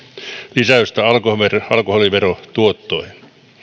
lisäystä alkoholiverotuottoihin